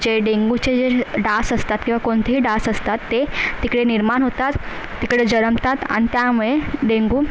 जे डेंग्यूचे जे डास असतात किंवा कोणतेही डास असतात ते तिकडे निर्माण होतात तिकडं जलमतात आणि त्यामुळे डेंग्यू